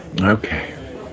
Okay